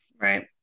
Right